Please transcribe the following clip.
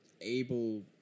able